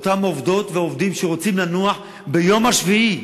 אותם עובדות ועובדים שרוצים לנוח ביום השביעי.